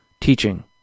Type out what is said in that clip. teaching